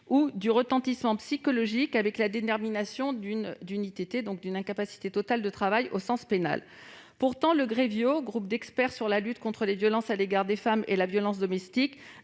ou du retentissement psychologique, avec la détermination d'une incapacité totale de travail, ou ITT, au sens pénal. Pourtant le Grevio, le Groupe d'experts sur la lutte contre les violences à l'égard des femmes et la violence domestique,